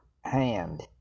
hand